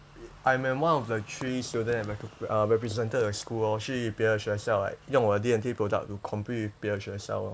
I am one of the three student rep~ uh represented the school lor 去别的学校 like 用我的 D&T product to compete with 别的学校 lor